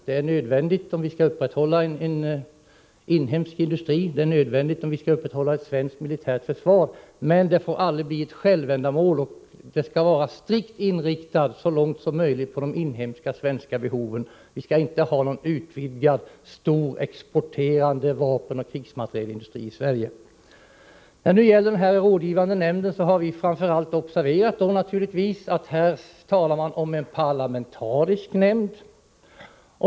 Det är nödvändigt om vi skall kunna upprätthålla en inhemsk industri och ett svenskt militärt försvar, men det får aldrig bli ett självändamål. Det skall vara strikt inriktat på inhemska behov så långt som möjligt. Vi skall inte ha utvidgad export av vapen och krigsmateriel från Sverige. När det gäller den rådgivande nämnden har vi naturligtvis observerat att man här talar om en parlamentarisk nämnd.